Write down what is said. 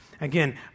Again